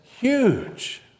huge